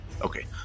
Okay